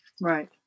Right